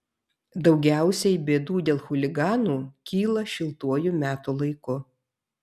daugiausiai bėdų dėl chuliganų kyla šiltuoju metų laiku